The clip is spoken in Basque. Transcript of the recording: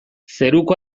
zeruko